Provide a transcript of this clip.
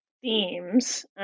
themes